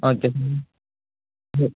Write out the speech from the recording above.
okay ம்